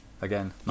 Again